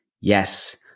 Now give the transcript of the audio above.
Yes